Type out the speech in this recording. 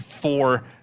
four